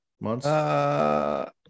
Months